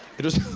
it was.